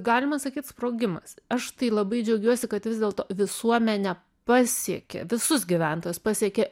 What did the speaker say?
galima sakyt sprogimas aš tai labai džiaugiuosi kad vis dėlto visuomenę pasiekė visus gyventojus pasiekė